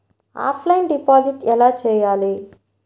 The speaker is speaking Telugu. ఆఫ్లైన్ డిపాజిట్ ఎలా చేయాలి?